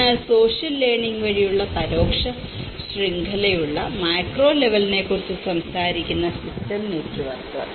എന്നാൽ social learning വഴിയുള്ള പരോക്ഷ ശൃംഖലയുള്ള മാക്രോ ലെവലിനെക്കുറിച്ച് സംസാരിക്കുന്ന സിസ്റ്റം നെറ്റ്വർക്കുകൾ